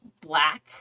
black